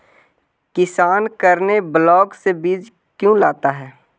किसान करने ब्लाक से बीज क्यों लाता है?